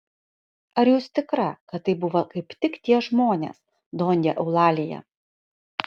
ar jūs tikra kad tai buvo kaip tik tie žmonės donja eulalija